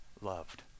loved